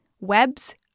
webs